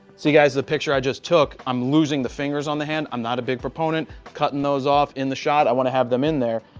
see guys the picture i just took. i'm losing the fingers on the hand i'm not a big proponent. cutting those off in the shot. i want to have them in there.